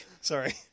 Sorry